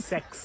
Sex